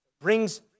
brings